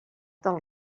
del